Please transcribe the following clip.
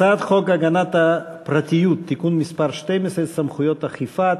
התשע"א 2010. הצעת חוק הגנת הפרטיות (תיקון מס' 12) (סמכויות אכיפה),